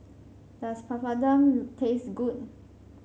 does Papadum taste good